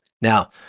now